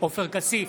עופר כסיף,